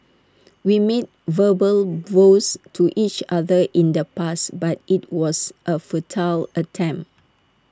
we made verbal vows to each other in the past but IT was A futile attempt